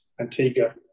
Antigua